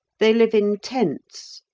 they live in tents,